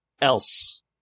else